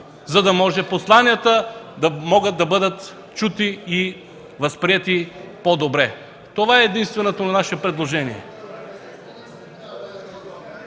за да може посланията да бъдат чути и възприети по-добре. Това е единственото наше предложение.